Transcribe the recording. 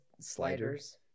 Sliders